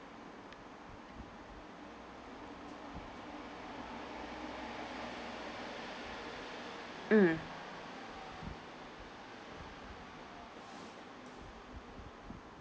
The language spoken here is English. mm